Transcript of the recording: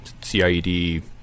CIED